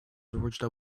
george